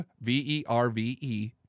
V-E-R-V-E